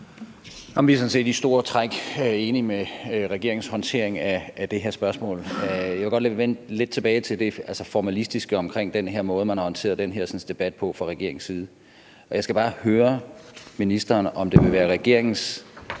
sådan set i store træk enige i regeringens håndtering af det her spørgsmål. Jeg vil godt vende lidt tilbage til det formalistiske omkring den måde, man har håndteret den her debat på fra regeringens side. Jeg skal bare høre ministeren, om det vil være regeringens